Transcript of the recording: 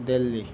Delhi